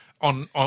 on